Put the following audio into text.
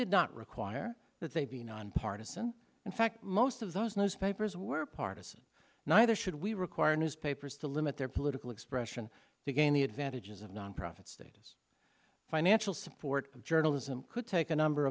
did not require that they be nonpartisan in fact most of those newspapers were partisan neither should we require newspapers to limit their political expression to gain the advantages of that status financial support of journalism could take a number